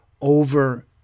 over